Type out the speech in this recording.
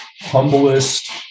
humblest